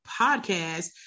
podcast